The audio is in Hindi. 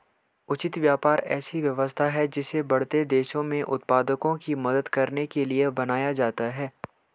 उचित व्यापार ऐसी व्यवस्था है जिसे बढ़ते देशों में उत्पादकों की मदद करने के लिए बनाया गया है